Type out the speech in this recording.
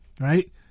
Right